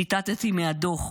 ציטטתי מהדוח.